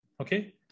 Okay